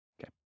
Okay